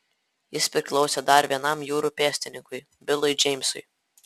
jis priklausė dar vienam jūrų pėstininkui bilui džeimsui